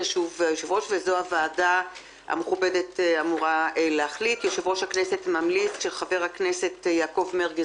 בשבוע הבא עתיד יושב-ראש הכנסת לצאת לנסיעה בתפקיד לבונדסטאג בגרמניה,